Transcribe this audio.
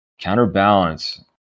counterbalance